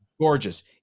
gorgeous